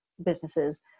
businesses